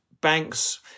banks